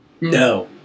No